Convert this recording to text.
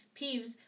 Peeves